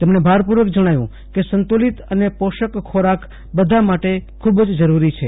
તેમણે ભારપૂર્વક જણાવ્યું કે સંતુલિત અને પોષક ખોરાક બધા માટે ખૂબ જ જરૂરી છે